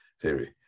theory